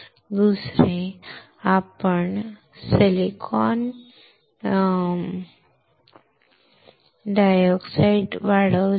दुसरे आपण silicon dioxide काय वाढवले आहे